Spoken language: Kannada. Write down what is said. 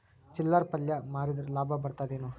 ಚಿಲ್ಲರ್ ಪಲ್ಯ ಮಾರಿದ್ರ ಲಾಭ ಬರತದ ಏನು?